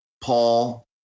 Paul